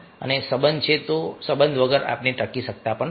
તો સંબંધ છે એટલે સંબંધ વગર આપણે ટકી શકતા નથી